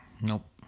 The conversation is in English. Nope